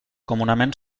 comunament